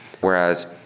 Whereas